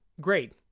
Great